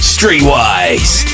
Streetwise